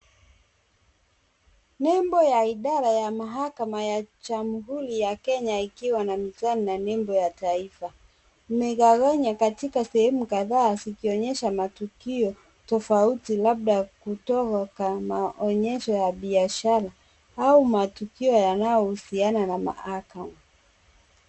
Nembo ya idara ya mahakama ya Jamhuri ya Kenya ikiwa na mizani na nembo ya taifa, imegawanywa katika sehemu kadha zikionyesha matukio tofauti, labda kutoka kwa maonyesho ya biashara au matukio yanayohusiana na mahakama.